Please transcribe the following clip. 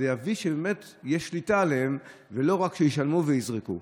זה יביא לכך שבאמת תהיה שליטה עליהן ולא רק שישלמו ויזרקו.